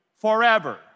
forever